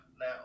now